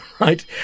right